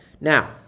now